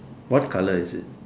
what color is it